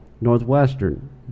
Northwestern